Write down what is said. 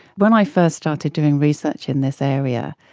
when i first started doing research in this area,